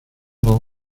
vin